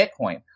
Bitcoin